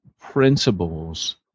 principles